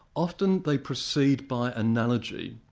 often they proceed by analogy,